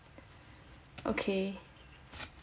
okay